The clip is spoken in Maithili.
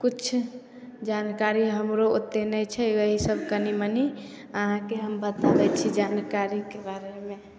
कुछ जानकारी हमरो ओत्ते नै छै यही सब कनी मनी अहाँके हम बतबै छी जानकारी के बारे मे